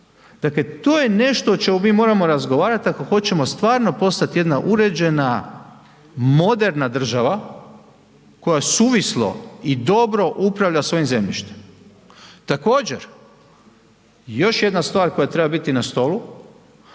Dakle to je nešto o čemu mi moramo razgovarati ako hoćemo stvarno postati jedna uređena moderna država koja suvislo i dobro upravlja svojim zemljištem. Također, još jedna stvar koja treba biti na stolu